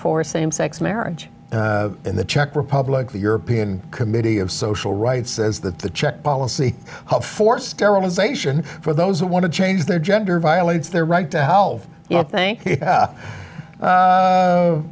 for same sex marriage in the czech republic the european committee of social rights says that the czech policy for sterilization for those who want to change their gender violates their right to health